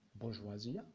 bourgeoisie